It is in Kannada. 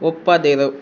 ಒಪ್ಪದಿರು